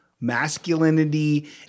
masculinity